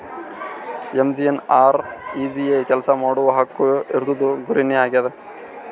MGNREGA ಕೆಲ್ಸಾ ಮಾಡುವ ಹಕ್ಕು ಇದೂರ್ದು ಗುರಿ ನೇ ಆಗ್ಯದ